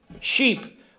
sheep